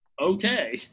okay